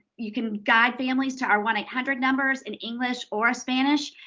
you can guide families to our one eight hundred numbers in english or spanish,